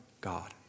God